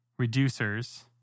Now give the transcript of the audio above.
reducers